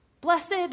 Blessed